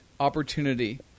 Opportunity